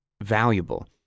valuable